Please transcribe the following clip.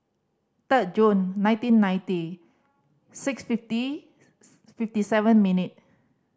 third June nineteen ninety six fifty fifty seven minute